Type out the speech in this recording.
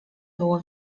było